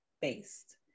based